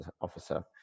officer